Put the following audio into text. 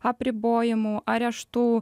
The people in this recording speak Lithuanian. apribojimų areštų